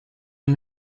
and